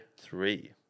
Three